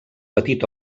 petit